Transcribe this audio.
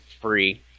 free